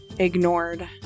ignored